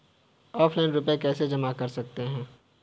Offline रुपये कैसे जमा कर सकते हैं?